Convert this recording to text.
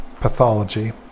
pathology